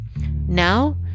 Now